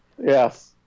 Yes